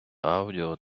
аудіо